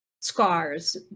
scars